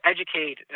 educate